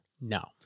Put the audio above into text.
No